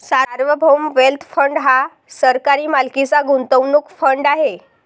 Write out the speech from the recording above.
सार्वभौम wealth fund हा सरकारी मालकीचा गुंतवणूक फंड आहे